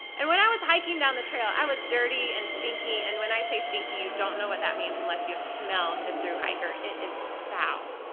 and when i was hiking down the trail, i was dirty and stinky, and when i say stinky you don't know what that means unless you've smelled a thru-hiker. it is foul!